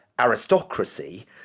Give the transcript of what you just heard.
aristocracy